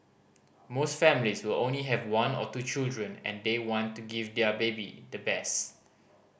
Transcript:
most families will only have one or two children and they want to give their baby the best